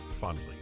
fondly